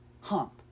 hump